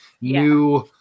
new